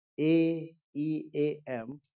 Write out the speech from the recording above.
AEAM